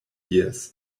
years